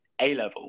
A-Level